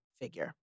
figure